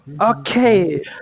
Okay